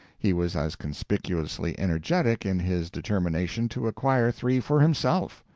he was as conspicuously energetic in his determination to acquire three for himself.